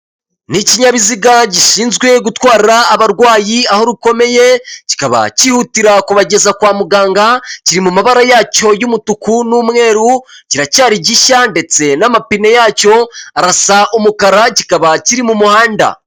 N'ikinyabiziga gishinzwe gutwara abarwayi aho rukomeye kikaba kihutira kubageza kwa muganga kiri mu mabara yacyo y'umutuku n'umweru kiracyari gishya ndetse n'amapine yacyo arasa umukara kikaba kiri mu muhanda.